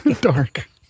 Dark